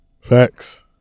Facts